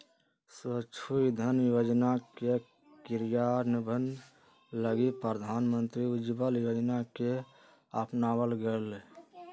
स्वच्छ इंधन योजना के क्रियान्वयन लगी प्रधानमंत्री उज्ज्वला योजना के अपनावल गैलय